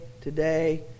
today